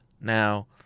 Now